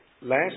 last